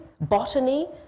botany